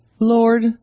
Lord